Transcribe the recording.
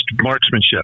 marksmanship